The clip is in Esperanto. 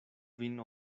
vin